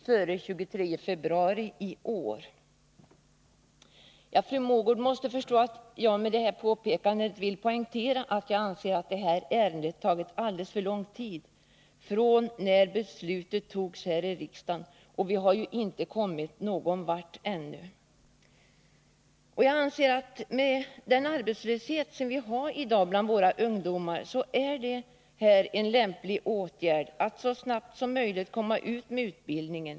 Fru Mogård måste förstå att jag med detta påpekande vill poängtera att startandet av denna försöksverksamhet har tagit alldeles för lång tid från det att beslutet togs här i riksdagen. Vi har ännu inte kommit någon vart. Med den arbetslöshet som finns bland ungdomarna är det angeläget att snarast möjligt få i gång denna utbildning.